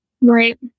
right